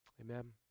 Amen